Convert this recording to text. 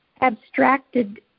abstracted